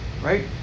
Right